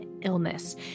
illness